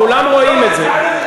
כולם רואים את זה.